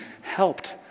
helped